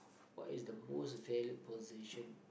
what is the most valued possession